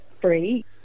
free